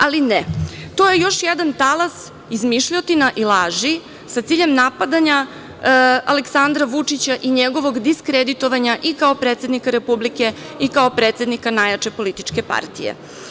Ali, ne, to je još jedan talas izmišljotina i laži sa ciljem napadanja Aleksandra Vučića i njegovog diskreditovanja i kao predsednika Republike i kao predsednika najjače političke partije.